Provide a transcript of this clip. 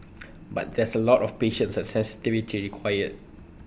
but there's A lot of patience and sensitivity required